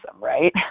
right